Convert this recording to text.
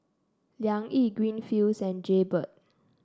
Liang Yi Greenfields and Jaybird